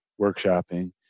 workshopping